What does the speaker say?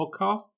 Podcast